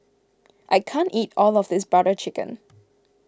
I can't eat all of this Butter Chicken